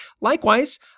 Likewise